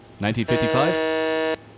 1955